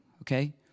okay